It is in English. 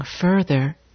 further